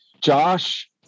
Josh